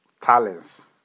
talents